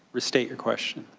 restate your question.